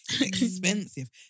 Expensive